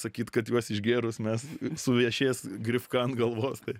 sakyt kad juos išgėrus mes suvešės grifka ant galvos tai